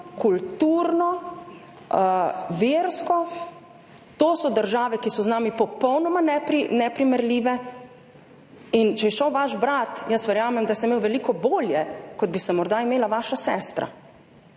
kulturno, versko, to so države, ki so z nami popolnoma neprimerljive in če je šel vaš brat, jaz verjamem, da se je imel veliko bolje, kot bi se morda imela vaša sestra,